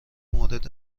مورد